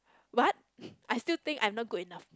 but I still think I'm not good enough